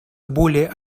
более